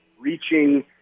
reaching